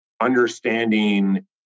understanding